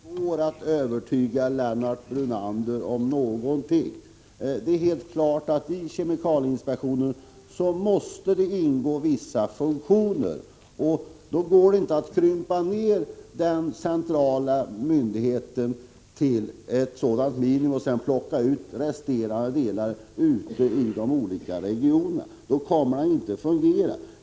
Fru talman! Jag vet att det inte går att övertyga Lennart Brunander om någonting. Det står helt klart att det i kemikalieinspektionen måste ingå vissa funktioner. Därför går det inte att krympa den centrala myndigheten till ett minimum och därefter plocka ut resterande delar till de olika regionerna. Det kommer inte att fungera.